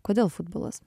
kodėl futbolas